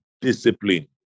discipline